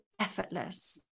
effortless